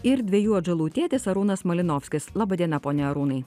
ir dviejų atžalų tėtis arūnas malinovskis laba diena pone arūnai